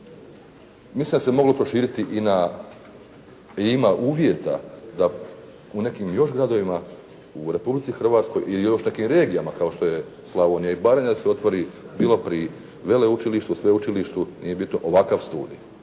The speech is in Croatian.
mislim da se mogao proširiti i na i ima uvjeta da u nekim još gradovima u Republici Hrvatskoj ili još nekim regijama, kao što je Slavonija i Baranja se otvori bilo pri veleučilištu, sveučilištu, nije bitno, ovakav studij.